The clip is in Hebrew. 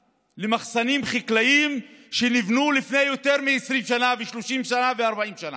למחסנים חקלאיים שנבנו לפני יותר מ-20 שנה ו-30 שנה ו-40 שנה,